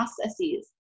processes